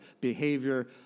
behavior